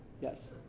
Yes